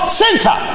center